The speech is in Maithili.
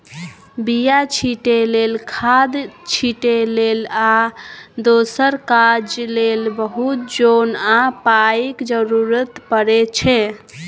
बीया छीटै लेल, खाद छिटै लेल आ दोसर काज लेल बहुत जोन आ पाइक जरुरत परै छै